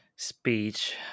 speech